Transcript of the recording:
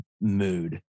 mood